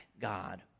god